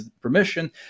permission